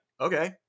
okay